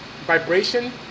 vibration